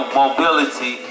mobility